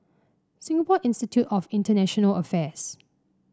Singapore Institute of International Affairs